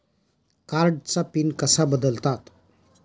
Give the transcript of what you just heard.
कार्डचा पिन कसा बदलतात?